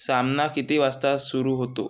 सामना किती वाजता सुरू होतो